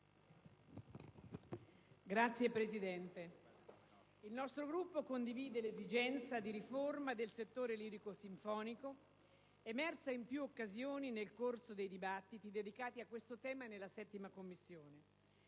colleghi, il nostro Gruppo condivide l'esigenza di riforma del settore lirico-sinfonico, emersa in più occasioni nel corso dei dibattiti dedicati a questo tema nella 7a Commissione,